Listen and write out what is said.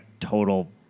total